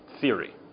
theory